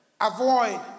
avoid